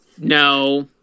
No